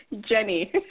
Jenny